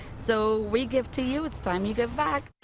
so we give to you, it's time you give back!